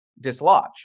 dislodge